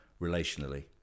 relationally